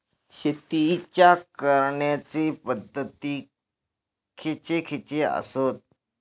शेतीच्या करण्याचे पध्दती खैचे खैचे आसत?